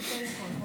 בבקשה.